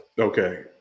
Okay